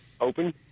open